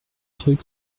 trucs